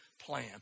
plan